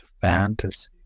fantasy